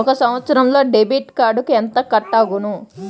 ఒక సంవత్సరంలో డెబిట్ కార్డుకు ఎంత కట్ అగును?